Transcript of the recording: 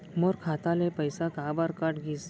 मोर खाता ले पइसा काबर कट गिस?